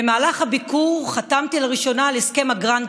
במהלך הביקור חתמתי לראשונה על הסכם הגרנד